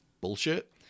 bullshit